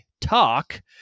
talk